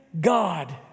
God